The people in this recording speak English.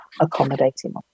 accommodating